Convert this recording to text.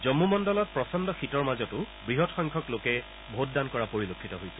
জম্ম মণ্ডলত প্ৰচণ্ড শীতৰ মাজতো বৃহৎসংখ্যক লোকে ভোটদান কৰা পৰিলক্ষিত হৈছে